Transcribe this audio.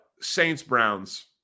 Saints-Browns